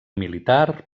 militar